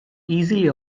easily